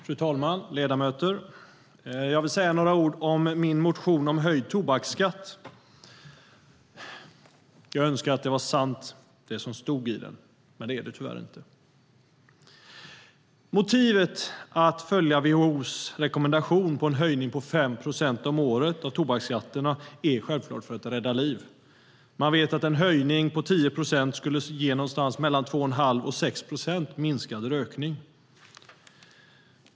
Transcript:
Fru talman och ledamöter! Jag vill säga några ord om min motion om höjd tobaksskatt. Jag önskar att det som stod i den var sant, men det är det tyvärr inte. Motivet för att följa WHO:s rekommendation om en höjning på 5 procent om året för tobaksskatterna är självklart att rädda liv. Man vet att en höjning på 10 procent skulle ge någonstans mellan 2 1⁄2 procent och 6 procent minskad rökning.